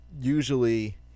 usually